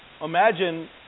Imagine